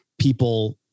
people